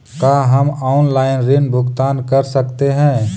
का हम आनलाइन ऋण भुगतान कर सकते हैं?